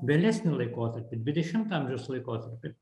vėlesnį laikotarpį dvidešimtą amžiaus laikotarpį